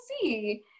see